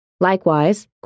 Likewise